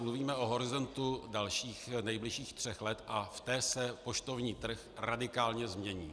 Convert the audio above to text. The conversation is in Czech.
Mluvíme o horizontu dalších nejbližších tří let a v tom se poštovní trh radikálně změní.